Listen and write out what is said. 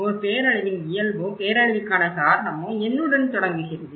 ஒரு பேரழிவின் இயல்போ பேரழிவுக்கான காரணமோ என்னுடன் தொடங்குகிறது